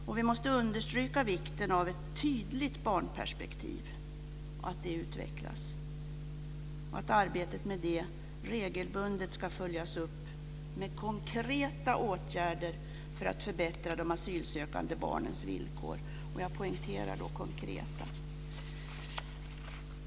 Och vi måste understryka vikten av ett tydligt barnperspektiv, att det utvecklas, och att arbetet med det regelbundet ska följas upp med konkreta åtgärder för att förbättra de asylsökande barnens villkor, och jag poängterar då "konkreta".